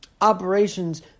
operations